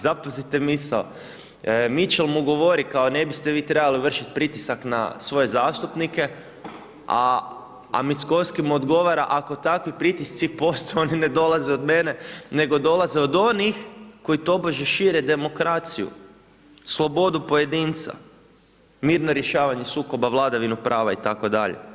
Zapazi misao, Mitchell mu govori, kao ne biste vi trebali vršiti pritisak na svoje zastupnike a Mickoski mu odgovara ako takvi pritisci postoje oni ne dolaze od mene, nego dolaze od onih koji tobože šire demokraciju, slobodu pojedinca, mirno rješavanje sukoba, vladavinu prava itd.